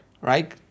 right